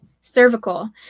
cervical